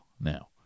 now